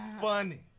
funny